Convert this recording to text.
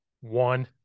one